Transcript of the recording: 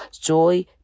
joy